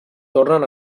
tornen